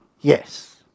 Yes